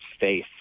faith